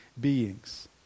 beings